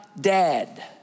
dead